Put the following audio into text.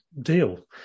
deal